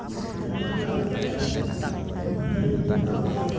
ᱤᱱᱟᱹᱯᱚᱨᱮ ᱵᱟᱯᱞᱟ ᱦᱩᱭ ᱠᱟᱛᱮᱱ ᱵᱟᱹᱨᱭᱟᱹᱛ ᱛᱮᱱᱠᱚ ᱟᱹᱜᱩᱭᱮᱭᱟ